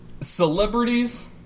celebrities